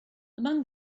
among